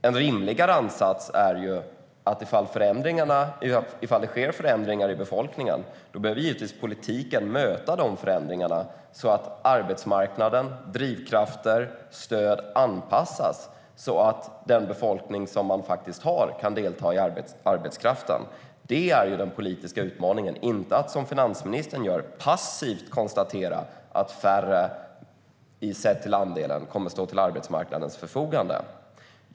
En rimligare ansats är att om befolkningen förändras behöver politiken givetvis möta de förändringarna så att arbetsmarknaden, drivkrafter och stöd anpassas för att den befolkning som man har ska kunna delta i arbetskraften. Det är det som är den politiska utmaningen. Utmaningen är inte att, som finansministern gör, passivt konstatera att färre, sett till andelen, kommer att stå till arbetsmarknadens förfogande.